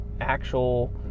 actual